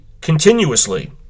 continuously